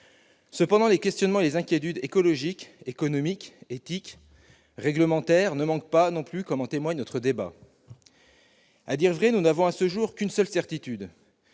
Cependant, les questionnements et les inquiétudes écologiques, économiques, éthiques et réglementaires ne manquent pas, comme en témoigne notre débat. À dire vrai, nous n'avons à ce jour qu'une seule certitude